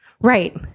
right